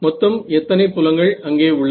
மொத்தம் எத்தனை புலங்கள் அங்கே உள்ளன